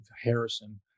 Harrison